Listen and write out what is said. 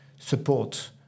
support